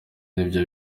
n’ibyo